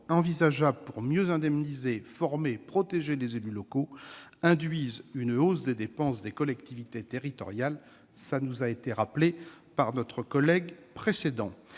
envisageables pour mieux indemniser, former et protéger des élus locaux induisent une hausse des dépenses des collectivités territoriales, comme nous l'a rappelé notre collègue Reichardt.